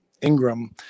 Ingram